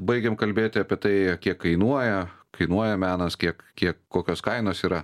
baigėm kalbėti apie tai kiek kainuoja kainuoja menas kiek kiek kokios kainos yra